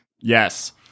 Yes